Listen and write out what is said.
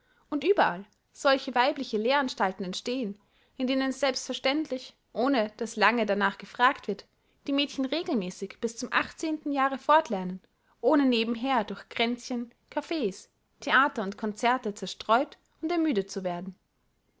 und überall solche weibliche lehranstalten entstehen in denen selbstverständlich ohne daß lange darnach gefragt wird die mädchen regelmäßig bis zum achtzehnten jahre fortlernen ohne nebenher durch kränzchen kaffee's theater und concerte zerstreut und ermüdet zu werden